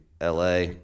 la